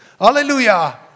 Hallelujah